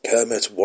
Kermit